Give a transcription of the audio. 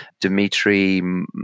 Dmitry